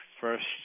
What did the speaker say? first